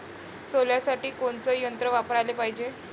सोल्यासाठी कोनचं यंत्र वापराले पायजे?